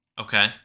Okay